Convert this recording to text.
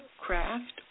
craft